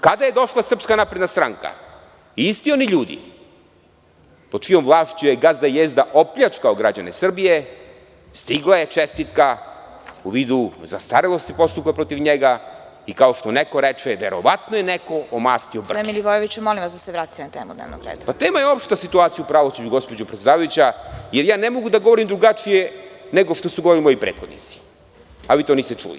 Kada je došla SNS, isti oni ljudi pod čijom vlašću je „gazda Jezda“ opljačkao građane Srbije, stigla je čestitka u vidu zastarelosti postupka protiv njega i, kao što neko reče, verovatno je neko omastio brke. (Predsedavajuća: Gospodine Milivojeviću, molim vas da se vratite na temu dnevnog reda.) Tema je opšta situacija u pravosuđu, gospođo predsedavajuća, jer ja ne mogu da govorim drugačije nego što su govorili moji prethodnici, a vi to niste čuli.